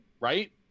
Right